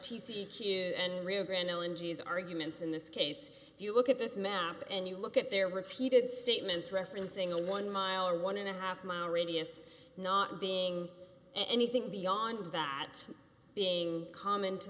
is arguments in this case if you look at this map and you look at their repeated statements referencing a one mile or one and a half mile radius not being anything beyond that being common to